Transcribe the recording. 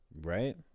Right